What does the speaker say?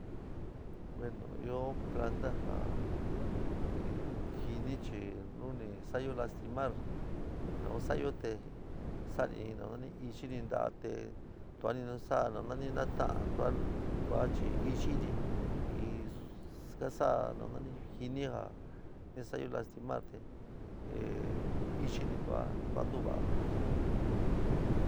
Bueno ɨó planta ja jɨni chi nu ni sa'ayo lastimar nou sa'ayo te sa'ani ichɨni nta'a te tuaáni nasa'a nanani nata'an tuan tua chi ichi ni in ka saá jɨni ja nasayo lastimar te ehh ichɨni tua tua ntuva'á.